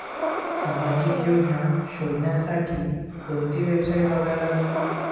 सामाजिक योजना शोधासाठी कोंती वेबसाईट बघा लागन?